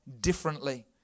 differently